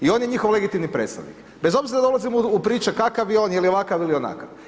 I on je njihov legitimni predstavnik, bez obzira da ulazimo u priče kakav je on je li ovakav ili onakav.